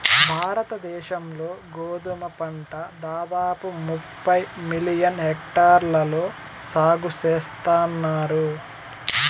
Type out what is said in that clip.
భారత దేశం లో గోధుమ పంట దాదాపు ముప్పై మిలియన్ హెక్టార్లలో సాగు చేస్తన్నారు